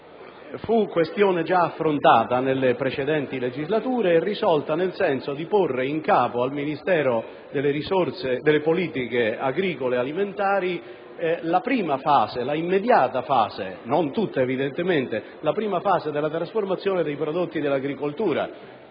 Fu questione già affrontata nelle precedenti legislature e risolta nel senso di porre in capo al Ministero delle politiche agricole e alimentari la prima, immediata fase (non tutta evidentemente) della trasformazione dei prodotti dell'agricoltura.